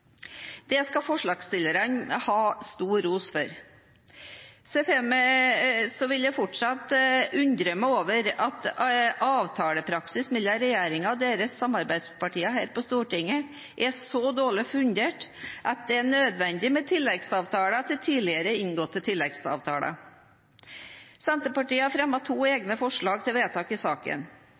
Det skal forslagsstillerne ha stor ros for. Så vil jeg fortsatt undre meg over at avtalepraksis mellom regjeringen og deres samarbeidspartier her på Stortinget er så dårlig fundert at det er nødvendig med tilleggsavtaler til tidligere inngåtte tilleggsavtaler. Senterpartiet har fremmet to egne forslag til vedtak i saken.